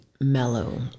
mellow